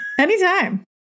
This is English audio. anytime